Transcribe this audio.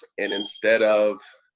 and instead of,